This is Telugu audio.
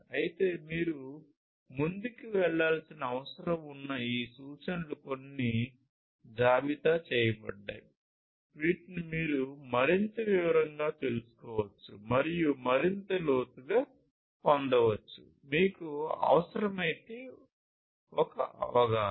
అయితే మీరు ముందుకు వెళ్లాల్సిన అవసరం ఉన్న ఈ సూచనలు కొన్ని జాబితా చేయబడ్డాయి వీటిని మీరు మరింత వివరంగా తెలుసుకోవచ్చు మరియు మరింత లోతుగా పొందవచ్చు మీకు అవసరమైతే ఒక అవగాహన